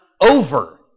over